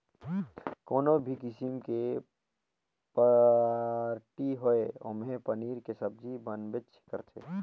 कोनो भी किसिम के पारटी होये ओम्हे पनीर के सब्जी बनबेच करथे